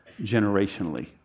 generationally